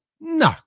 No